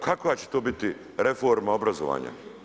Kakva će to biti reforma obrazovanja.